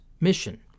mission